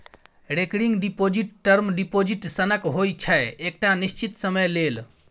recurring deposit term deposit सनक होइ छै एकटा निश्चित समय लेल